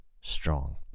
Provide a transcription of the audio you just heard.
strong